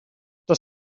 das